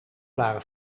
waren